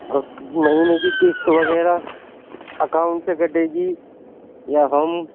اک مہینے کی قسط وغیرہ اکاؤنٹ سے کٹے گی یا ہم